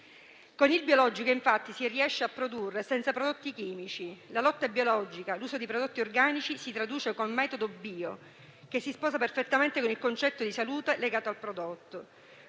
Con il biologico si riesce a produrre senza prodotti chimici. La lotta biologica e l'uso di prodotti organici si traduce con metodo bio, che si sposa perfettamente con il concetto di salute legato al prodotto.